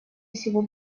всего